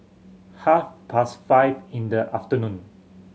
half past five in the afternoon